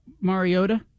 Mariota